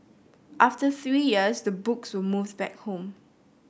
after three years the books removes back home